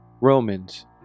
Romans